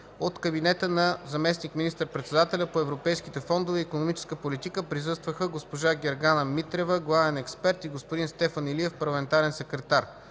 От кабинета на заместник министър-председателя по европейските фондове и икономическа политика присъстваха госпожа Гергана Митрева – главен експерт и господин Стефан Илиев – парламентарен секретар,